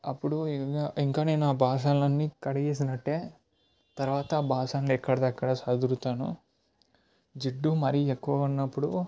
అప్పుడు ఇంగా ఇంకా నేను ఆ బాసనలు అన్నీ కడిగేసినట్టే తర్వాత ఆ బాసన్లు ఎక్కడిదక్కడ సదుగుతాను జిడ్డు మరీ ఎక్కువగా ఉన్నప్పుడు